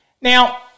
Now